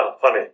funny